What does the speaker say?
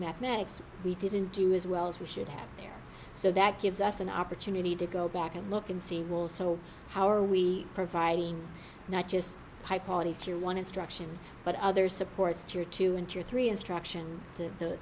mathematics we didn't do as well as we should have there so that gives us an opportunity to go back and look and see will so how are we providing not just high priority to one instruction but other supports tier two and two or three instruction to